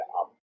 up